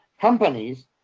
companies